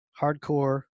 hardcore